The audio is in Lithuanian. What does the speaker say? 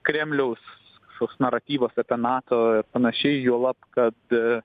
kremliaus kažkoks naratyvas apie nato ir panašiai juolab kad